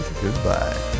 Goodbye